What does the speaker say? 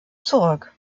zurück